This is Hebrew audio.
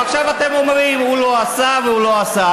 ועכשיו אתם אומרים: הוא לא עשה והוא לא עשה,